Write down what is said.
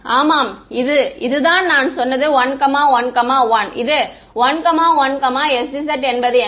ஆமாம் இது இதுதான் நான் சொன்னது 111 இது 11sz என்பது என்ன